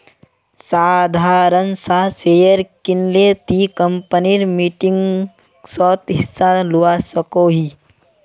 साधारण सा शेयर किनले ती कंपनीर मीटिंगसोत हिस्सा लुआ सकोही